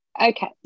Okay